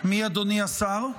מי אדוני השר?